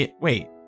wait